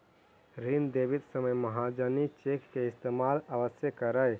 ऋण देवित समय महाजनी चेक के इस्तेमाल अवश्य करऽ